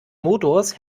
motors